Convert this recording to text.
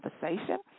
conversation